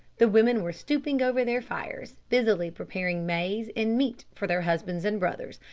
the women were stooping over their fires, busily preparing maize and meat for their husbands and brothers,